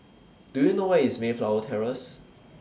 Do YOU know Where IS Mayflower Terrace